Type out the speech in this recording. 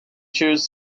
chose